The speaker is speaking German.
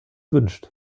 wünscht